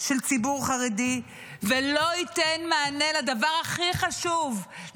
של ציבור חרדי ולא ייתן מענה לדבר הכי חשוב,